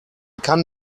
kann